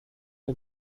and